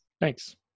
Thanks